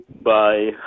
Bye